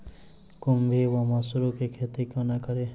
खुम्भी वा मसरू केँ खेती कोना कड़ी?